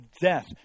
death